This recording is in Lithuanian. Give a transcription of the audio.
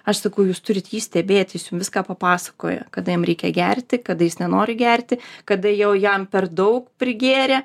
aš sakau jūs turit jį stebėti jis jum viską papasakoja kada jam reikia gerti kada jis nenori gerti kada jau jam per daug prigėrė